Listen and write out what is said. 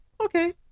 Okay